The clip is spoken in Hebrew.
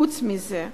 חוץ מזה,